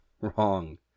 Wrong